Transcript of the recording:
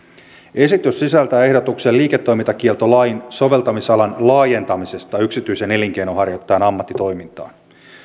esitys sisältää ehdotuksen liiketoimintakieltolain soveltamisalan laajentamisesta yksityisen elinkeinonharjoittajan ammattitoimintaan